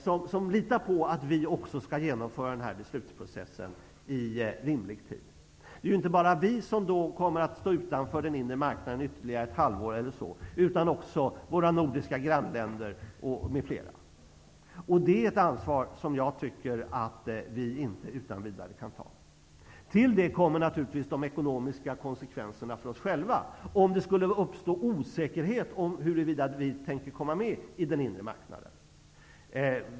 Länder som litar på att vi skall genomföra den här beslutsprocessen i rimlig tid. Det är inte bara vi som då kommer att stå utanför den inre marknaden ytterligare ett halvår ungefär, utan också våra nordiska grannländer m.fl. Det är ett ansvar som jag tycker att vi inte utan vidare kan ta. Till det kommer naturligtvis de ekonomiska konsekvenserna för oss själva, om det skulle uppstå osäkerhet om huruvida vi tänker komma med i den inre marknaden eller ej.